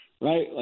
right